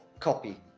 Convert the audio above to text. copy.